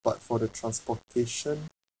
but for the transportation